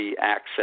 access